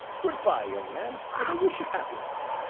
good-by, young man, and i wish you happiness.